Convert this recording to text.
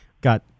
Got